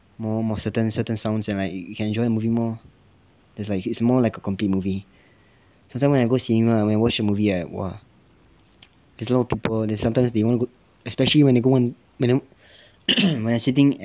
more more certain certain sounds and like you can enjoy the movie more it's like it's more like a complete movie for example when I go cinema ah when I watch a movie right !wah! there's a lot of people then sometimes like they need go especially when they go in when I when I sitting